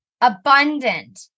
abundant